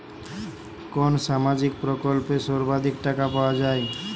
কোন সামাজিক প্রকল্পে সর্বাধিক টাকা পাওয়া য়ায়?